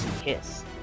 kiss